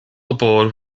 aboard